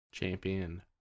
Champion